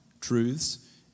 truths